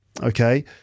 Okay